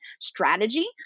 strategy